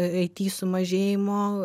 it sumažėjimo